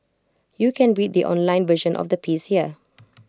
you can read the online version of the piece here